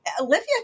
Olivia